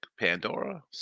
Pandora